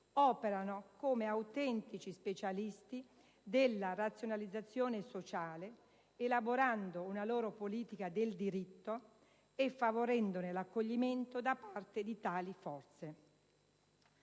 operano come autentici specialisti della razionalizzazione sociale, elaborando una loro politica del diritto e favorendone l'accoglimento da parte di tali forze».